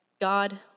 God